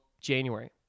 January